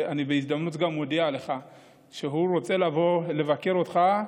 אני בהזדמנות גם מודיע לך שהוא רוצה לבוא לבקר אותך,